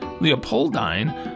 Leopoldine